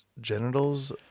genitals